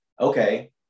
okay